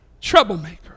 troublemaker